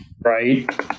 Right